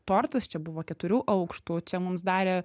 tortas čia buvo keturių aukštų čia mums darė